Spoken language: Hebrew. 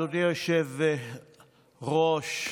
אדוני היושב-ראש,